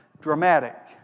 dramatic